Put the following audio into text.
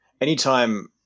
anytime